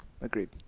agreed